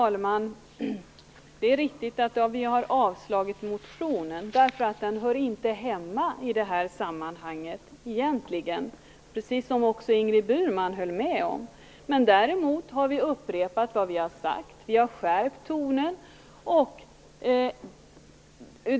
Fru talman! Det är riktigt att vi har avslagit motionen. Den hör egentligen inte hemma i det här sammanhanget. Det höll ju Ingrid Burman med om. Däremot har vi upprepat vad vi har sagt. Vi har skärpt tonen.